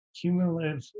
cumulative